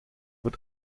wird